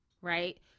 right